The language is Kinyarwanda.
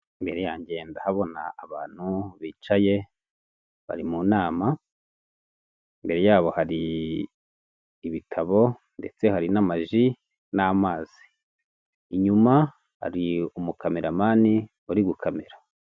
Imbere yanjye ndahabona abantu bicaye bari mu nama imbere yabo hari ibitabo ndetse hari n'amaji n'amazi inyuma hari umukamera mani uri gukamera.